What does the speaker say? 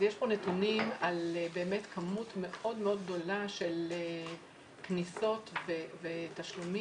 יש פה נתונים על כמות מאוד גדולה של כניסות ותשלומים,